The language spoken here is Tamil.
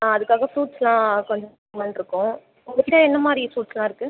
ஆ அதுக்காக ஃப்ரூட்ஸ்லாம் கொஞ்சம் வாங்கலாம்னு இருக்கோம் உங்ககிட்ட என்ன மாதிரி ஃப்ரூட்ஸ்லாம் இருக்குது